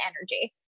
energy